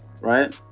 right